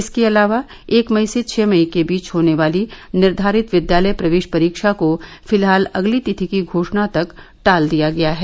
इसके अलावा एक मई से छह मई के बीच होने वाली निर्धारित विद्यालय प्रवेश परीक्षा को फिलहाल अगली तिथि की घोषणा तक टाल दिया गया है